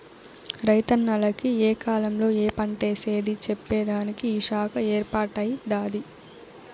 రైతన్నల కి ఏ కాలంలో ఏ పంటేసేది చెప్పేదానికి ఈ శాఖ ఏర్పాటై దాది